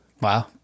Wow